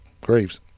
graves